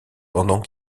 pendant